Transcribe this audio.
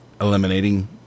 eliminating